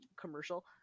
commercial